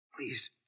Please